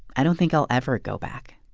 i don't think i'll ever go back